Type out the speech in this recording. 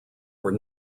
were